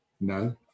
No